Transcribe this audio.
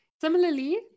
similarly